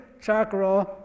chakra